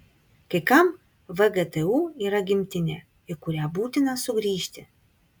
kai kam vgtu yra gimtinė į kurią būtina sugrįžti